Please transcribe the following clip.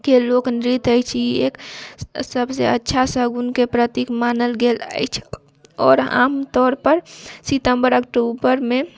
के लोकनृत्य अछि ई एक सभसँ अच्छा शगुनके प्रतीक मानल गेल अछि आओर आमतौरपर सितम्बर अक्टूबरमे